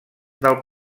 del